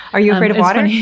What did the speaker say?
are you afraid of water?